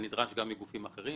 לנדרש מגופים אחרים.